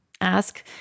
Ask